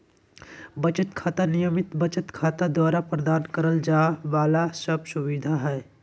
बचत खाता, नियमित बचत खाता द्वारा प्रदान करल जाइ वाला सब सुविधा हइ